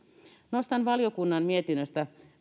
nostan valiokunnan mietinnöstä